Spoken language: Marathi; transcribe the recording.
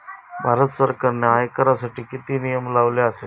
भारत सरकारने आयकरासाठी किती नियम लावले आसत?